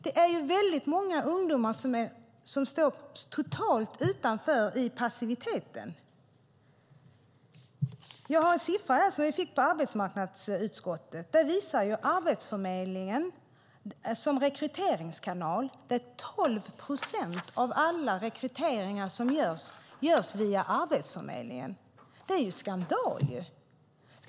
Det är väldigt många ungdomar som står totalt utanför i passivitet. Jag har en siffra här som vi fick i arbetsmarknadsutskottet. Den visar att 12 procent av alla rekryteringar som görs sker via Arbetsförmedlingen. Det är skandal.